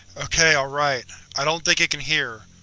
okay. alright. i don't think it can hear.